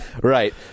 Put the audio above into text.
Right